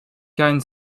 karen